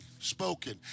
spoken